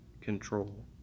control